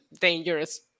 dangerous